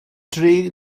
dri